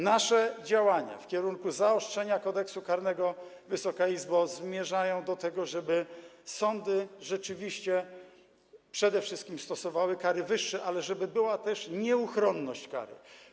Nasze działania w kierunku zaostrzenia Kodeksu karnego, Wysoka Izbo, zmierzają do tego, żeby sądy rzeczywiście przede wszystkim stosowały kary wyższe, ale żeby była też nieuchronność kary.